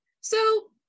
So-